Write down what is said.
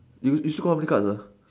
you you still got how many cards ah